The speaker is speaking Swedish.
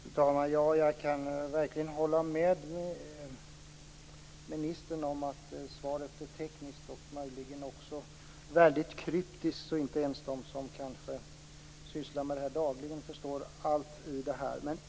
Fru talman! Jag kan verkligen hålla med ministern om att svaret är tekniskt och möjligen också kryptiskt. Inte ens de som kanske sysslar med den här frågan dagligen förstår allt i det här.